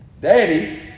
Daddy